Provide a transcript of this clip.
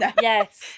Yes